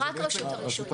רק רשות הרישוי.